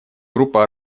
группа